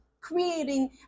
creating